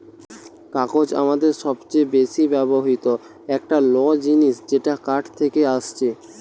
কাগজ আমাদের সবচে বেশি ব্যবহৃত একটা ল জিনিস যেটা কাঠ থেকে আসছে